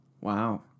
Wow